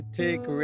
take